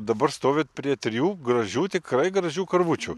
dabar stovit prie trijų gražių tikrai gražių karvučių